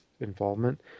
involvement